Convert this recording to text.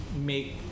make